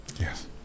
yes